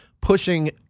pushing